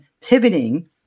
pivoting